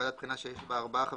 ועדת בחינה שיש בה ארבעה חברים,